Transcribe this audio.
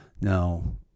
Now